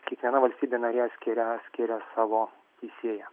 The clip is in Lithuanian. kiekviena valstybė narė skiria skiria savo teisėją